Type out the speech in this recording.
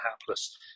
hapless